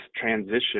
transition